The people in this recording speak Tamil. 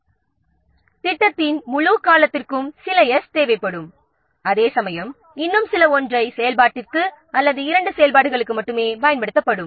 எனவே ப்ராஜெக்ட்டின் முழு காலத்திற்கும் சில 's' தேவைப்படும் அதேசமயம் இன்னும் சில ஒற்றை செயல்பாட்டிற்கு அல்லது இரண்டு செயல்பாடுகளுக்கு மட்டுமே பயன்படுத்தப்படும்